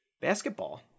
Basketball